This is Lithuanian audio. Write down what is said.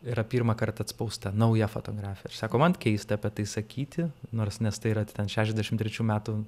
yra pirmąkart atspausta nauja fotografija ir sako man keista apie tai sakyti nors nes tai yra tai ten šešdešimt trečių metų